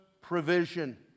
provision